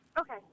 Okay